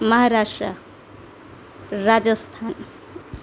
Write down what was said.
Maharashtra Rajasthan